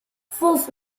fourth